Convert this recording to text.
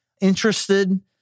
interested